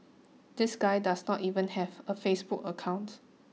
this guy does not even have a Facebook account